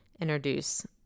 introduce